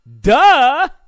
Duh